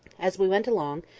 as we went along,